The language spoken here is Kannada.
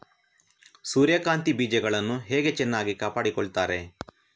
ಸೂರ್ಯಕಾಂತಿ ಬೀಜಗಳನ್ನು ಹೇಗೆ ಚೆನ್ನಾಗಿ ಕಾಪಾಡಿಕೊಳ್ತಾರೆ?